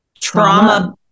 trauma